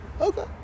Okay